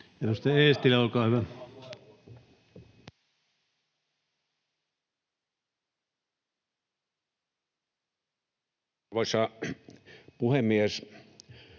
Edustaja Risikko, olkaa hyvä.